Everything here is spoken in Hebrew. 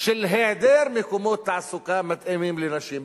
של היעדר מקומות תעסוקה מתאימים לנשים,